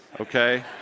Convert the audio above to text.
okay